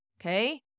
okay